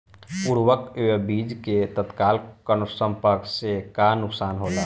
उर्वरक व बीज के तत्काल संपर्क से का नुकसान होला?